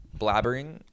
blabbering